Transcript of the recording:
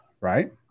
right